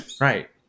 Right